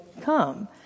come